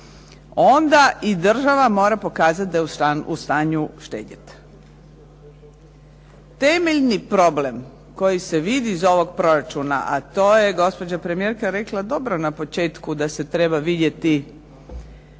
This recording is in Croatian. onda i država mora pokazati da je u stanju štedjeti. Temeljni problem koji se vidi iz ovog proračuna, a to je gospođa premijerka rekla dobro na početku da se treba vidjeti